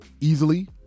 Easily